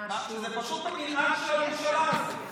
פשוט המנהג של הממשלה הזו.